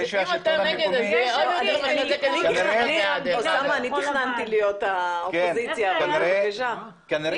אוסאמה, אני תכננתי להיות האופוזיציה אבל בבקשה.